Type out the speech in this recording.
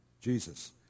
Jesus